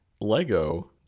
Lego